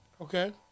Okay